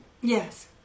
Yes